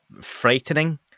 frightening